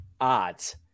odds